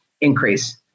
increase